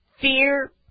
fear